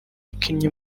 ikinnye